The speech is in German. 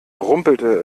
rumpelte